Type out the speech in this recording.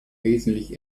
wesentlich